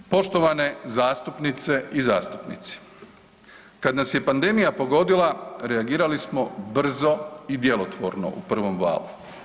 Poštovani zastupnice i zastupnici, kad nas je pandemija pogodila, reagirali smo brzo i djelotvorno u prvom valu.